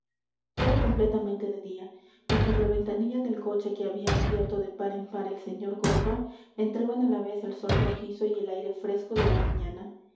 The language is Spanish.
era completamente de día y por la ventanilla del coche que había abierto de par en par el señor gordo entraban á la vez el sol rojizo y el aire fresco de la mañana